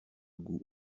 goût